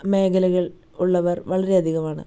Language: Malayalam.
മേഖലകള് ഉള്ളവര് വളരെ അധികമാണ്